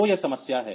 तो यह समस्या है